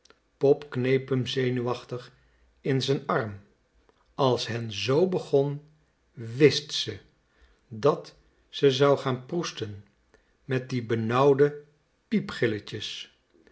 pop kneep hem zenuwachtig in z'n arm als hen zoo begon w i s t ze dat ze zou gaan proesten met die b